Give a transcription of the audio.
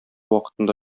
вакытында